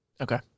Okay